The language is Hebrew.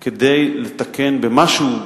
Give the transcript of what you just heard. כדי לתקן במשהו,